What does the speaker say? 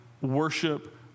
worship